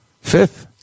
fifth